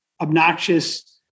obnoxious